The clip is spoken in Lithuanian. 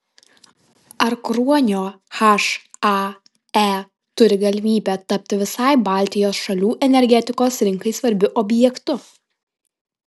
ar kruonio hae turi galimybę tapti visai baltijos šalių energetikos rinkai svarbiu objektu